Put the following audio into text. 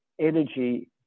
energy